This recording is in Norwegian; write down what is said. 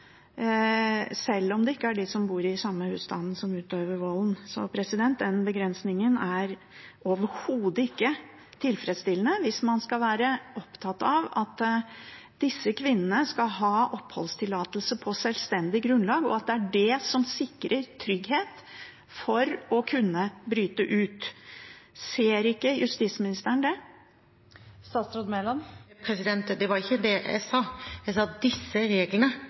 selv om det ikke er de som bor i samme husstand, som utøver volden. Så den begrensingen er overhodet ikke tilfredsstillende hvis man skal være opptatt av at disse kvinnene skal ha oppholdstillatelse på selvstendig grunnlag, og at det er det som sikrer trygghet for å kunne bryte ut. Ser ikke justisministeren det? Det var ikke det jeg sa. Jeg sa at disse reglene